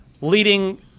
leading